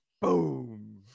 boom